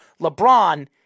LeBron